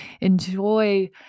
enjoy